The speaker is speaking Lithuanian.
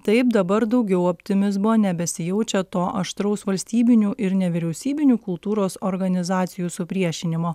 taip dabar daugiau optimizmo nebesijaučia to aštraus valstybinių ir nevyriausybinių kultūros organizacijų supriešinimo